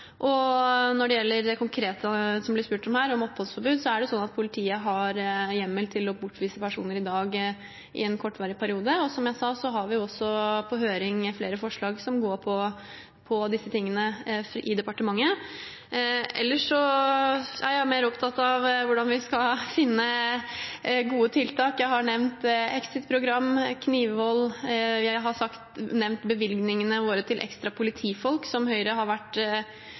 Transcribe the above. Når det gjelder det konkrete det ble spurt om her, om oppholdsforbud, er det slik at politiet i dag har hjemmel til å bortvise personer i en kortvarig periode. Og som jeg sa, har vi i departementet også ute på høring flere forslag som går på disse tingene. Ellers er jeg mer opptatt av hvordan vi skal finne gode tiltak. Jeg har nevnt exit-program, knivvold, og jeg har nevnt bevilgningene våre til ekstra politifolk, som Høyre har